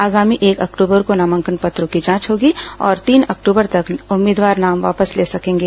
आगामी एक अक्टूबर को नामांकन पत्रों की जांच होगी और तीन अक्टूबर तक उम्मीदवार नाम वापस ले सकेंगे